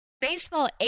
Baseball